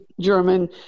German